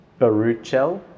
Baruchel